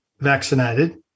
vaccinated